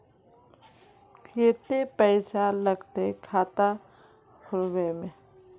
केते पैसा लगते खाता खुलबे में?